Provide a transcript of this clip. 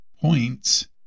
points